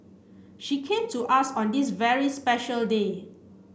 she came to us on this very special day